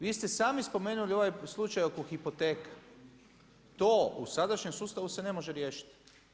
Vi ste sami spomenuli ovaj slučaj oko hipoteka, to u sadašnjem sustavu se ne može riješiti.